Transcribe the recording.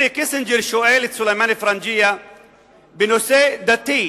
הנרי קיסינג'ר שואל את סולימאן א-פרנג'יה בנושא דתי,